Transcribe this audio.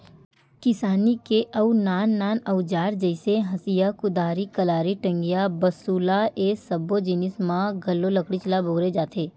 किसानी के अउ नान नान अउजार जइसे हँसिया, कुदारी, कलारी, टंगिया, बसूला ए सब्बो जिनिस म घलो लकड़ीच ल बउरे जाथे